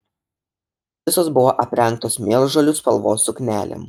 visos buvo aprengtos mėlžolių spalvos suknelėm